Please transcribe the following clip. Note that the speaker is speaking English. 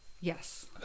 Yes